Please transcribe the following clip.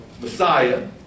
Messiah